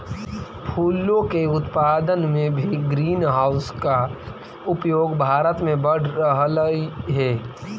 फूलों के उत्पादन में भी ग्रीन हाउस का उपयोग भारत में बढ़ रहलइ हे